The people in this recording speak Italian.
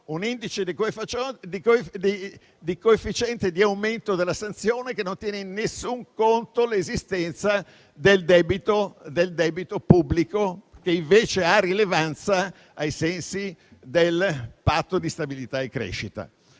di un coefficiente di aumento della sanzione che non tiene in nessun conto l'esistenza del debito pubblico, che invece ha rilevanza ai sensi del Patto di stabilità e crescita.